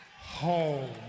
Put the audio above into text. home